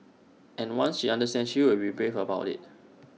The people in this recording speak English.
and once she understands she will be brave about IT